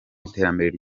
iterambere